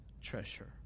treasure